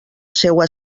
seua